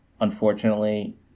unfortunately